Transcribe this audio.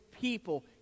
people